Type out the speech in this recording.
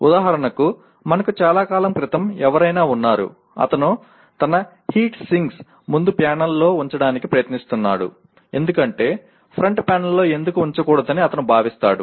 ఉదాహరణకు మనకు చాలా కాలం క్రితం ఎవరైనా ఉన్నారు అతను తన హీట్ సింక్లను ముందు ప్యానెల్లో ఉంచడానికి ప్రయత్నిస్తున్నాడు ఎందుకంటే ఫ్రంట్ ప్యానెల్లో ఎందుకు ఉంచకూడదని అతను భావిస్తాడు